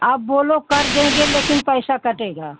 आप बोलो कर देंगे लेकिन पैसा कटेगा